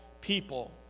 people